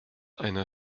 einer